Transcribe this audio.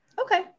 Okay